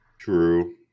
True